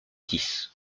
dix